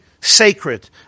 sacred